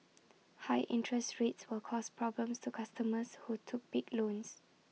high interest rates will cause problems to customers who took big loans